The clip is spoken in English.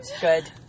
good